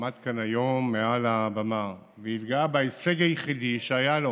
עמד כאן היום מעל הבמה והתגאה בהישג היחידי שהיה לו,